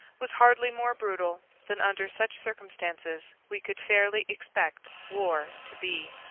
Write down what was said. was hardly more brutal than under such circumstances we could fairly expect war to be.